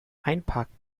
einparken